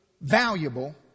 valuable